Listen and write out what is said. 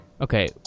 Okay